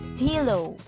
pillow